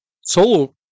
solo